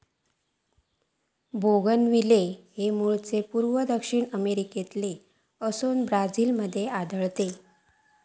bougainvillea हे मूळचे पूर्व दक्षिण अमेरिकेतले असोन ब्राझील मध्ये आढळता